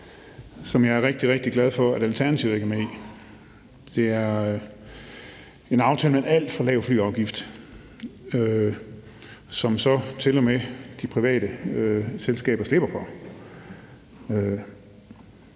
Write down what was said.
som jeg er rigtig, rigtig glad for at Alternativet ikke er med i. Det er en aftale med en alt for lav flyafgift, som de private selskaber så til og